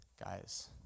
guys